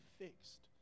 fixed